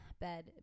bed